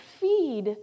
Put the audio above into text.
feed